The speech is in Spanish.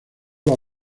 las